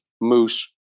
moose